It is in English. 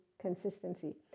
consistency